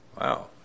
Wow